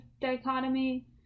dichotomy